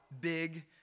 big